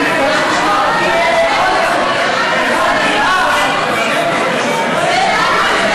ההצעה להעביר לוועדה את